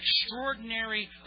extraordinary